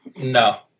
No